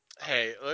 Hey